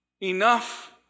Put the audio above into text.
Enough